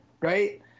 right